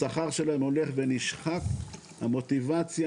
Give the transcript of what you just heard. השכר שלהם הולך ונשחק, המוטיבציה